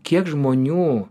kiek žmonių